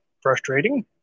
frustrating